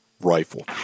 rifle